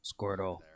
Squirtle